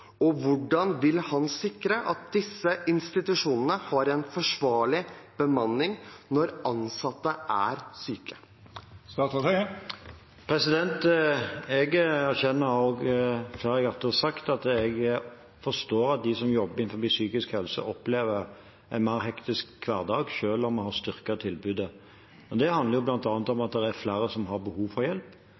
Og hvordan vil han sikre at disse institusjonene har en forsvarlig bemanning når ansatte er syke? Jeg erkjenner, og har flere ganger sagt, at jeg forstår at de som jobber innenfor psykisk helse, opplever en mer hektisk hverdag – selv om vi har styrket tilbudet. Det handler bl.a. om at det er flere som har behov for hjelp,